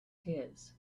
his